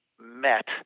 met